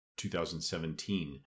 2017